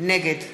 נגד